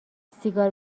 سیگار